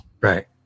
Right